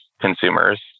consumers